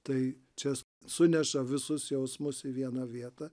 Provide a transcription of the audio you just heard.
tai čia suneša visus jausmus į vieną vietą